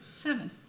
Seven